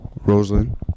rosalind